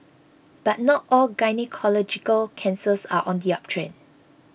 but not all gynaecological cancers are on the uptrend